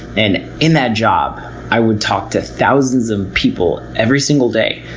and in that job i would talk to thousands of people every single day.